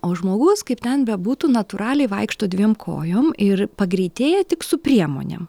o žmogus kaip ten bebūtų natūraliai vaikšto dviem kojom ir pagreitėja tik su priemonėm